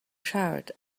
charred